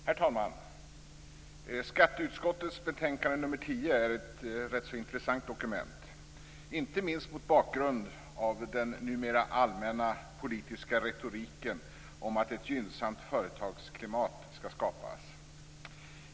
Herr talman! Skatteutskottets betänkande nr 10 är ett rätt så intressant dokument, inte minst mot bakgrund av den numera allmänna politiska retoriken om att ett gynnsamt företagsklimat skall skapas.